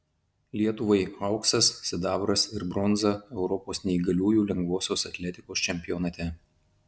lietuvai auksas sidabras ir bronza europos neįgaliųjų lengvosios atletikos čempionate